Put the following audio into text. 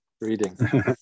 reading